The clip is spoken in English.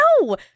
no